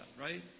right